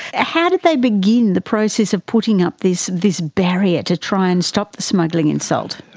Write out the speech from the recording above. ah how did they begin the process of putting up this this barrier to try and stop the smuggling in salt?